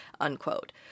unquote